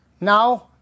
Now